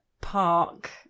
park